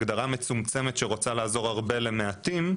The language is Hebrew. הגדרה מצומצמת שרוצה לעזור הרבה למעטים,